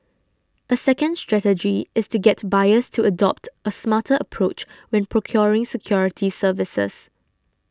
a second strategy is to get buyers to adopt a smarter approach when procuring security services